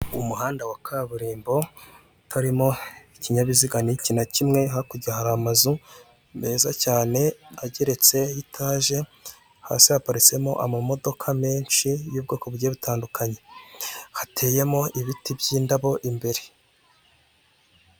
Umuhanda wa kaburimbo utarimo ikinyabiziga n'iki na kimwe hakurya hari amazu meza cyane ageretse y' itaje hasi haparitsemo amamodoka menshi y'ubwoko bugiye butandukanye hateyemo ibiti by'indabo imbere.